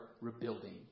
rebuilding